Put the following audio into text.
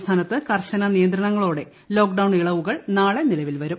സംസ്ഥാനത്ത് കർശന നിയന്ത്രണങ്ങളോടെ ലോക്ക്ഡൌൺ ഇളുവകൾ നാളെ നിലവിൽ വരും